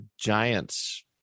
giants